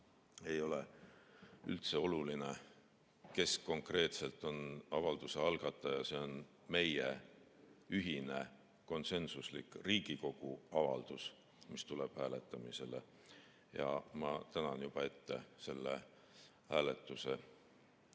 Ei ole üldse oluline, kes konkreetselt on avalduse algataja, see on meie ühine konsensuslik Riigikogu avaldus, mis tuleb hääletamisele. Ja ma tänan juba ette hääletustulemuste